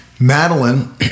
Madeline